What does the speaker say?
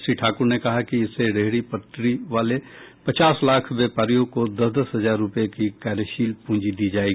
श्री ठाकुर ने कहा कि इससे रेहडी पटरी वाले पचास लाख व्यापारियों को दस दस हजार रुपये की कार्यशील पूंजी दी जाएगी